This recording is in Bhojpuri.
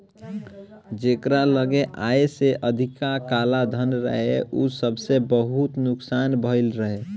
जेकरी लगे आय से अधिका कालाधन रहे उ सबके बहुते नुकसान भयल रहे